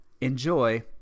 enjoy